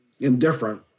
indifferent